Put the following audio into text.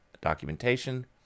documentation